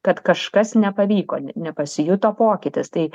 kad kažkas nepavyko nepasijuto pokytis tai